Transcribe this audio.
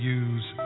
use